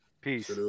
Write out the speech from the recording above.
Peace